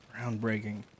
Groundbreaking